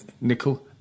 nickel